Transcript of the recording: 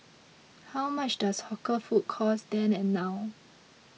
how much does hawker food cost then and now